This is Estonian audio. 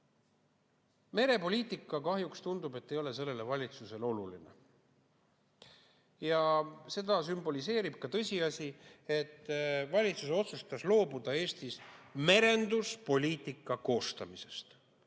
Merepoliitika, kahjuks tundub, ei ole sellele valitsusele oluline. Ja seda sümboliseerib ka tõsiasi, et valitsus otsustas loobuda Eestis merenduspoliitika koostamisest.